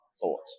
thought